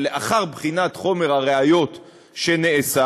שלאחר בחינת חומר הראיות שנאסף,